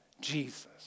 Jesus